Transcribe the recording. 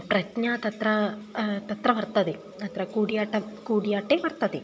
प्रज्ञा तत्र तत्र वर्तते तत्र कूडियाट्टं कूडियाट्टे वर्तते